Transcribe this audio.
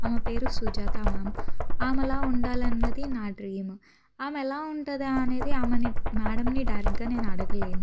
ఆమె పేరు సుజాత మ్యామ్ ఆమెలా ఉండాలన్నది నా డ్రీమ్ ఆమె ఎలా ఉంటుందా అనేది ఆమెని మ్యాడంని డైరెక్ట్గా నేను అడగలేను